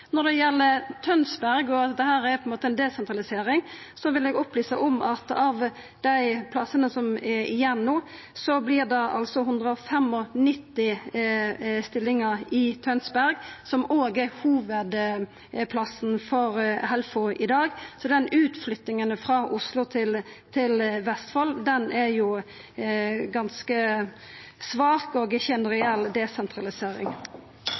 Når det gjeld Tønsberg og at dette er ei desentralisering, vil eg opplysa om at av dei stillingane som er igjen no, vert det 195 stillingar i Tønsberg, som òg er hovudplassen for Helfo i dag, så utflyttinga frå Oslo til Vestfold er ganske svak og inga reell desentralisering.